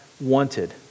wanted